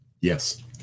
Yes